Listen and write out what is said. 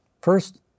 First